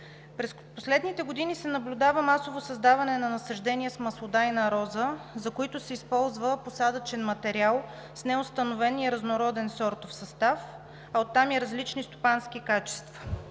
През последните години се наблюдава масово създаване на насаждения с маслодайна роза, за които се използва посадъчен материал с неустановен и разнороден сортов състав, а оттам и с различни стопански качества.